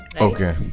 Okay